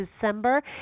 December